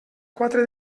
quatre